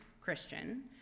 Christian